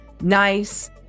nice